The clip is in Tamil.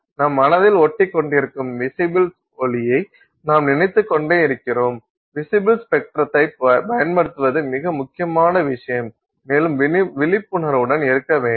நம் மனதில் ஒட்டிக்கொண்டிருக்கும் விசிபில் ஒளியை நாம் நினைத்துக்கொண்டே இருக்கிறோம் விசிபில் ஸ்பெக்ட்ரத்தைப் பயன்படுத்துவது மிக முக்கியமான விஷயம் மேலும் விழிப்புணர்வுடன் இருக்க வேண்டும்